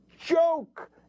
joke